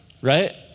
right